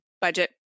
budget